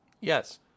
Yes